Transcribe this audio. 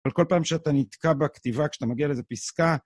אבל כל פעם שאתה נתקע בכתיבה, כשאתה מגיע לאיזה פסקה...